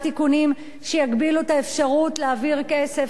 תיקונים שיגבילו את האפשרות להעביר כסף.